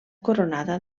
coronada